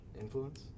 Influence